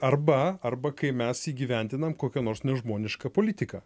arba arba kai mes įgyvendinam kokią nors nežmonišką politiką